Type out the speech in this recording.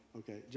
okay